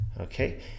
okay